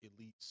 elites